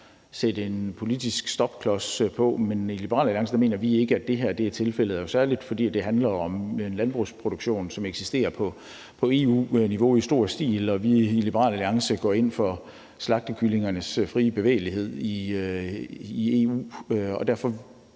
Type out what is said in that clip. sætte en politisk stopklods for. Men i Liberal Alliance mener vi ikke, det er tilfældet her, særlig fordi det handler om en landbrugsproduktion, som eksisterer i stor stil på EU-niveau. Og vi i Liberal Alliance går ind for slagtekyllingernes frie bevægelighed i EU. Derfor